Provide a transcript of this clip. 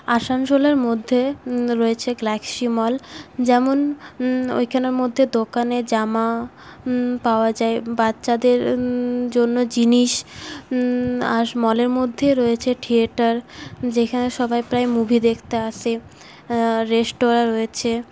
আসানসোলের মধ্যে রয়েছে গ্যালাক্সি মল যেমন ওইখানের মধ্যে দোকানে জামা পাওয়া যায় বাচ্চাদের জন্য জিনিস আর মলের মধ্যেই রয়েছে থিয়েটার যেখানে সবাই প্রায় মুভি দেখতে আসে রেস্তোরাঁ রয়েছে